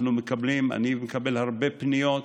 אני מקבל הרבה פניות,